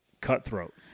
cutthroat